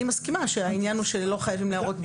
אני מסכימה שהעניין הוא שלא חייבים להראות באותו רגע.